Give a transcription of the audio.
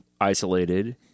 isolated